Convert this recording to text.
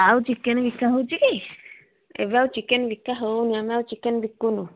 ଆଉ ଚିକେନ ବିକା ହେଉଛି କି ଏବେ ଆଉ ଚିକେନ ବିକା ହେଉନି ଆମେ ଆଉ ଚିକେନ ବିକୁନୁ